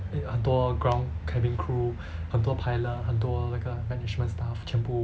很多 ground cabin crew 很多 pilot 很多那个 management staff 全部